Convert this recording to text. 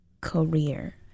career